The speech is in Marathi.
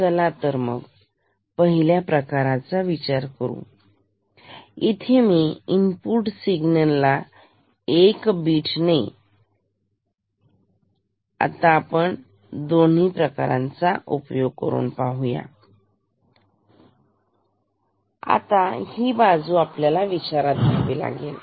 चला तर पहिल्या प्रकारचा विचार करू इथे मी इनपुट सिग्नल ला 1 बिट ने डावीआपण आता 2 प्रकारांचा विचार करू पहिल्या प्रकारात मग ही बाजू आपल्याला तिथे विचारात घ्यावी लागेल